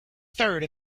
third